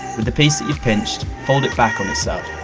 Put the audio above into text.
with the piece that you've pinched, fold it back on itself.